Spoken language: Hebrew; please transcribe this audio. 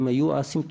הם היו אסימפטומטיים.